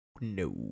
No